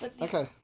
Okay